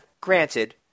granted